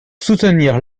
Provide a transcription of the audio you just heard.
soutenir